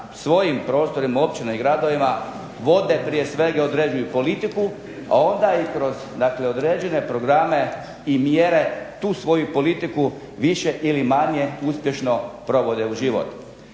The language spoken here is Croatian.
svojim prostorima općinama i gradovima vode, prije svega određuju politiku, a onda i kroz dakle određene programe i mjere tu svoju politiku više ili manje uspješno provode u život.